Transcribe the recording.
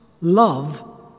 Love